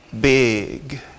big